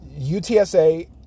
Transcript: UTSA